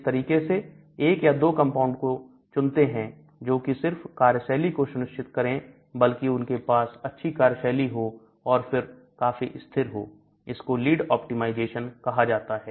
इस तरीके से एक या दो कंपाउंड को सुनते हैं जो कि सिर्फ कार्यशैली को सुनिश्चित करें बल्कि उनके पास अच्छी कार्यशैली हो और वह काफी स्थिर हो इसको लीड ऑप्टिमाइजेशन कहा जाता है